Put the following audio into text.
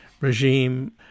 regime